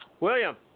William